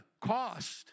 cost